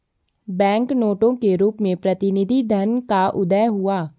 bank नोटों के रूप में प्रतिनिधि धन का उदय हुआ